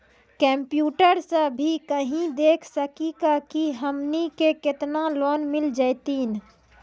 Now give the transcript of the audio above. Computer सा भी कही देख सकी का की हमनी के केतना लोन मिल जैतिन?